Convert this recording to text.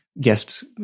guests